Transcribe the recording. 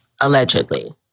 allegedly